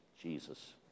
Jesus